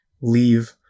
leave